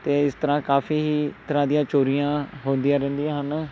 ਅਤੇ ਇਸ ਤਰ੍ਹਾਂ ਕਾਫੀ ਹੀ ਤਰ੍ਹਾਂ ਦੀਆਂ ਚੋਰੀਆਂ ਹੁੰਦੀਆਂ ਰਹਿੰਦੀਆਂ ਹਨ